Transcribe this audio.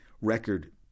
record